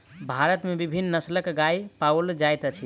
भारत में विभिन्न नस्लक गाय पाओल जाइत अछि